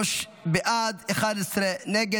33 בעד, 11 נגד.